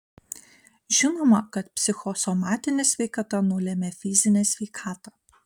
žinoma kad psichosomatinė sveikata nulemia fizinę sveikatą